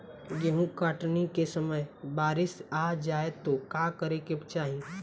गेहुँ कटनी के समय बारीस आ जाए तो का करे के चाही?